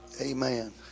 Amen